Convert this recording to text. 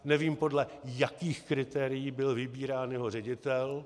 Nevím, podle jakých kritérií byl vybírán jeho ředitel.